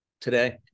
today